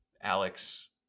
Alex